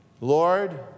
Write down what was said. Lord